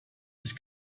sich